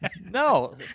No